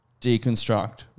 deconstruct